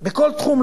בכל תחום.